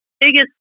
biggest